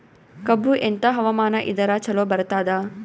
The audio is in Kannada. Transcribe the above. ಕಬ್ಬು ಎಂಥಾ ಹವಾಮಾನ ಇದರ ಚಲೋ ಬರತ್ತಾದ?